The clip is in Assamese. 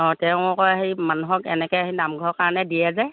অঁ তেওঁ আকৌ হেৰি মানুহক এনেকৈ হেৰি নামঘৰৰ কাৰণে দিয়ে যে